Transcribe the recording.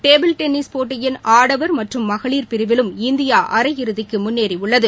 table tennis போட்டியின் ஆடவர் மற்றும் மகளிர் பிரிவிலும் இந்தியா அரையிறுதிக்கு முன்னேறியுள்ளது